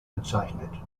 bezeichnet